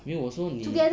没有我说你